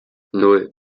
nan